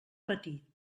patir